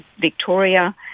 Victoria